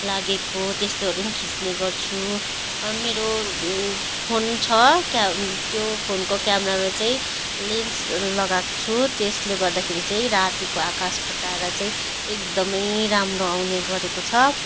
लागेको त्यस्तोहरू खिच्ने गर्छु मेरो फोन छ क्या त्यो फोनको क्यामरामा चाहिँ लेन्स लगाएको छु त्यसले गर्दाखेरि चाहिँ रातिको आकाशको तारा चाहिँ एकदम राम्रो आउने गरेको छ